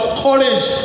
courage